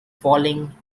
falling